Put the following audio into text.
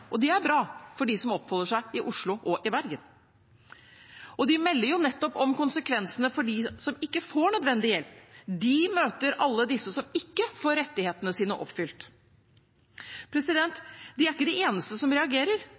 Det er bra for dem som oppholder seg i Oslo og Bergen. De melder nettopp om konsekvensene for dem som ikke får nødvendig hjelp. De møter alle de som ikke får rettighetene sine oppfylt. De er ikke de eneste som reagerer.